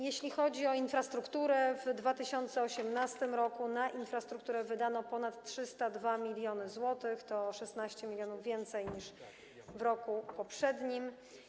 Jeśli chodzi o infrastrukturę, w 2018 r. na infrastrukturę wydano ponad 302 mln zł, czyli o 16 mln więcej niż w roku poprzednim.